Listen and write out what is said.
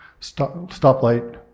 stoplight